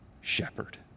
shepherd